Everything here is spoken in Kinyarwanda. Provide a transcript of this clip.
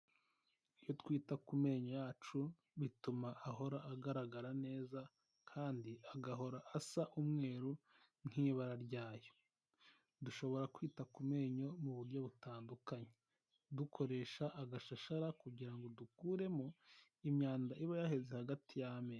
Iyo twita ku menyo yacu, bituma ahora agaragara neza kandi agahora asa umweru nk'ibara ryayo, dushobora kwita ku menyo mu buryo butandukanye, dukoresha agashashara kugira ngo dukuremo imyanda iba yaheze hagati y'amenyo.